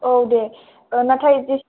औ दे नाथाय